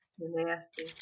Nasty